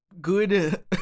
good